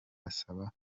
asaba